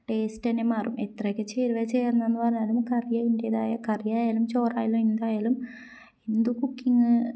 taste തന്നെ മാറും എത്രയൊക്കെ ചേരുവ ചേർന്നെന്ന് പറഞ്ഞാലും കറി അതിൻ്റെതായ കറി ആയാലും ചോറായാലും എന്തായാലും എന്ത് കുക്കിങ്